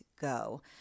go